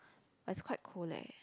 but it's quite cold leh